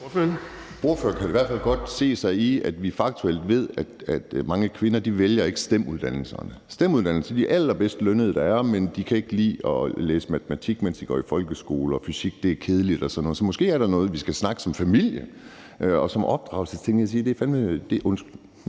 (NB): Ordføreren kan i hvert fald godt se sig selv i, at vi faktuelt ved, at mange kvinder ikke vælger STEM-uddannelserne. STEM-uddannelserne giver de allerbedst lønnede job, der er, men de kan ikke lide at læse matematik, mens de går i folkeskole, og synes, at fysik er kedeligt, og sådan noget. Så måske er det noget, man skal snakke om som familie og som en del af opdragelsen, hvor man skal sige: